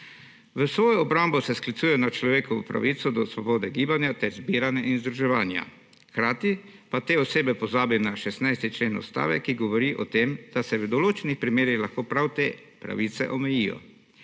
V svojo obrambo se sklicujejo na človekovo pravico do svobode gibanja ter zbiranja in združevanja. Hkrati pa te osebe pozabijo na 16. člen Ustave, ki govori o tem, da se v določenih primerih lahko prav te pravice omejijo.